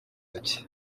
rye